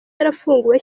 yarafunguwe